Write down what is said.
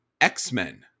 X-Men